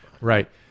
Right